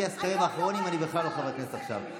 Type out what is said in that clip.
לפי הסקרים האחרונים אני בכלל לא חבר כנסת עכשיו.